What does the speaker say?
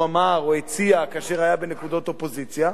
הוא אמר או הציע כאשר היה בנקודות אופוזיציה.